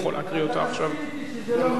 אז אתה מסכים אתי שזה לא מכובד, מאה אחוז.